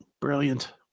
Brilliant